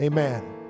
Amen